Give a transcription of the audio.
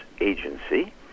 agency